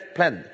Plan